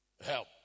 help